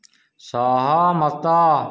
ସହମତ